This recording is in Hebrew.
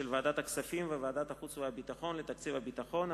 ועדת הכספים ושל ועדת החוץ והביטחון לתקציב הביטחון.